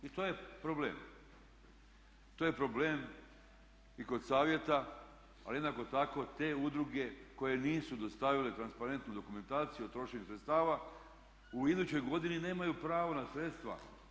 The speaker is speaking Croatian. I to je problem i kod Savjeta ali jednako tako te udruge koje nisu dostavile transparentnu dokumentaciju o trošenju sredstava u idućoj godini nemaju pravo na sredstva.